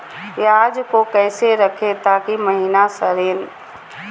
प्याज को कैसे रखे ताकि महिना सड़े?